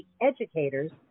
educators